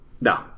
no